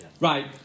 Right